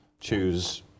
Choose